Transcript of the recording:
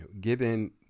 given